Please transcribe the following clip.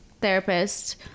therapist